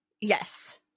Yes